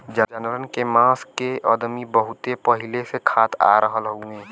जानवरन के मांस के अदमी बहुत पहिले से खात आ रहल हउवे